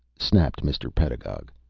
snapped mr. pedagog.